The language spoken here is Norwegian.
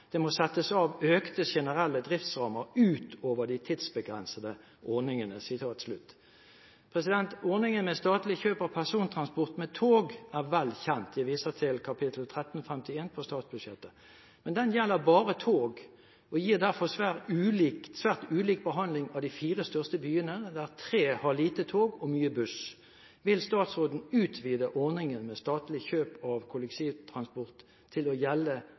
Det må settes av økte generelle driftsrammer ut over de tidsbegrensede ordningene.» Ordningen med statlig kjøp av persontransport med tog er vel kjent – jeg viser til Kap. 1351 i statsbudsjettet – men den gjelder bare tog og gir derfor svært ulik behandling av de fire største byene, der tre har få tog og mange busser. Vil statsråden utvide ordningen med statlig kjøp av kollektivtransport til å gjelde